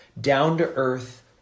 down-to-earth